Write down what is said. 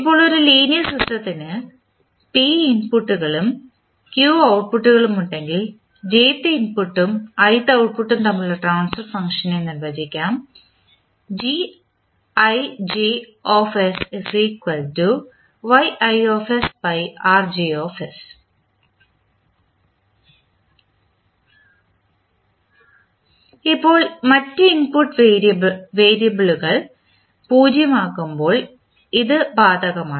ഇപ്പോൾ ഒരു ലീനിയർ സിസ്റ്റത്തിന് p ഇൻപുട്ടുകളും q ഔട്ട്പുട്ട്കളും ഉണ്ടെങ്കിൽ jth ഇൻപുട്ടും ith ഔട്ട്പുട്ട് തമ്മിലുള്ള ട്രാൻസ്ഫർ ഫംഗ്ഷൻ നിർവചിക്കാം ഇപ്പോൾ മറ്റ് ഇൻപുട്ട് വേരിയബിളുകൾ 0 ആകുമ്പോൾ ഇത് ബാധകമാണ്